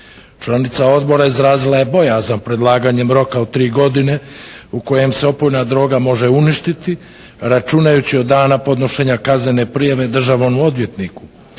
Članica Odbora izrazila je bojazan predlaganjem roka od tri godine u kojem se opojna droga može uništiti, računajući od dana podnošenja kaznene prijave državnom odvjetniku.